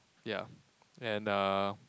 ya and uh